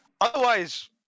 Otherwise